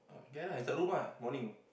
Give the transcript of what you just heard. ya lah kat rumah morning